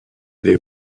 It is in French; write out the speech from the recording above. des